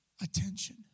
attention